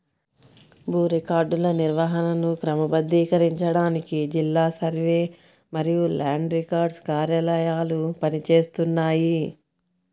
భూ రికార్డుల నిర్వహణను క్రమబద్ధీకరించడానికి జిల్లా సర్వే మరియు ల్యాండ్ రికార్డ్స్ కార్యాలయాలు పని చేస్తున్నాయి